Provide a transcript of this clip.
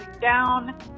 down